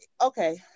okay